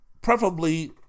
preferably